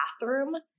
bathroom